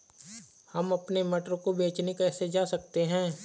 हम अपने मटर को बेचने कैसे जा सकते हैं?